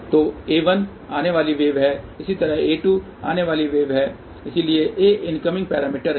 तो a1 आने वाली वेव है इसी तरह a2 आने वाली है इसलिए a इनकमिंग पैरामीटर है